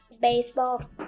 Baseball